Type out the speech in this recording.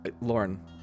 Lauren